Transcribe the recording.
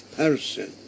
person